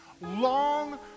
Long